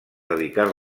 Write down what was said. dedicar